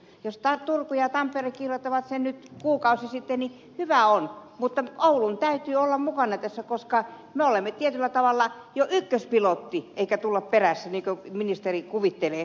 jos turku ja tampere kirjoittavat sen nyt kuukausi myöhemmin niin hyvä on mutta oulun täytyy olla mukana tässä koska me olemme tietyllä tavalla jo ykköspilotti emmekä tule perässä niin kuin ministeri kuvittelee